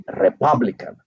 Republican